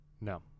No